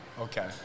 Okay